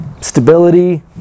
stability